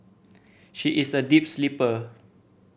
she is a deep sleeper